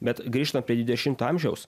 bet grįžtant prie dvidešimto amžiaus